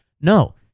No